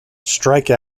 strike